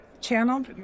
channel